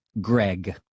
Greg